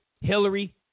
Hillary